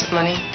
money